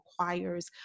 requires